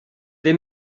they